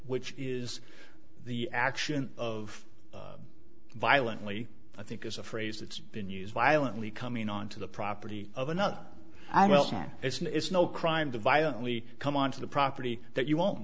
which is the action of violently i think is a phrase that's been used violently coming onto the property of another i mentioned it's no crime to violently come onto the property that you won't